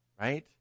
Right